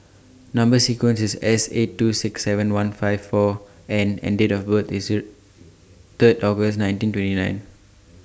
Number sequence IS S eight two six seven one five four N and Date of birth IS Third August nineteen twenty nine